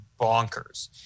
bonkers